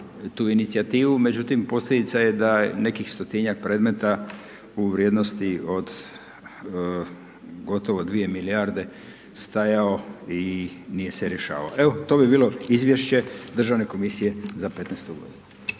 tu inicijativu, međutim posljedica je da nekih stotinjak predmeta u vrijednosti od gotovo 2 milijarde stajao i nije se rješavao. Evo to bi bilo izvješće Državne komisije za 2017. g.